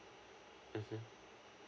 mm